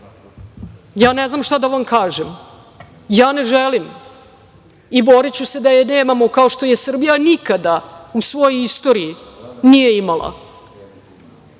ja ne znam šta da vam kažem. Ja ne želim i boriću se da je nemamo, kao što je Srbija u svojoj istoriji nije imala.Za